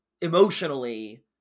emotionally